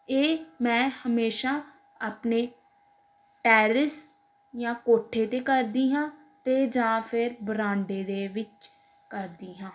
ਇਹ ਮੈਂ ਹਮੇਸ਼ਾ ਆਪਣੇ ਟੈਰਿਸ ਜਾਂ ਕੋਠੇ 'ਤੇ ਕਰਦੀ ਹਾਂ ਅਤੇ ਜਾਂ ਫਿਰ ਵਰਾਂਡੇ ਦੇ ਵਿੱਚ ਕਰਦੀ ਹਾਂ